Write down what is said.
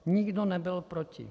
Nikdo nebyl proti.